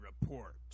Report